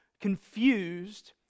confused